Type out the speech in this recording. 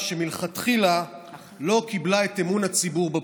שמלכתחילה לא קיבלה את אמון הציבור בבחירות.